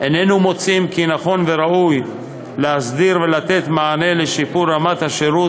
איננו מוצאים כי נכון וראוי להסדיר ולתת מענה לשיפור רמת השירות